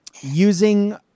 Using